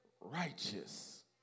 Righteous